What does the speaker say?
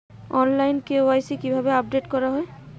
অনলাইনে কে.ওয়াই.সি কিভাবে আপডেট করা হয়?